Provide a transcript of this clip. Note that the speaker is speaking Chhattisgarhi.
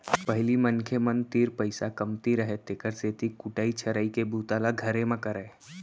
पहिली मनखे मन तीर पइसा कमती रहय तेकर सेती कुटई छरई के बूता ल घरे म करयँ